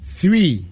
three